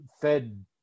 fed